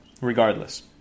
regardless